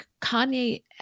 Kanye